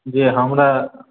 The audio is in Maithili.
जी हमरा